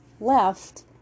left